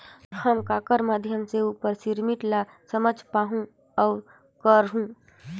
हम ककर माध्यम से उपर सिस्टम ला समझ पाहुं और करहूं?